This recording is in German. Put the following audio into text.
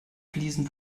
fliesen